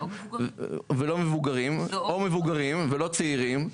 או מבוגרים ולא צעירים,